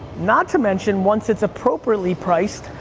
not to mention, once it's appropriately priced,